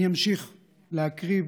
אני אמשיך להקריא,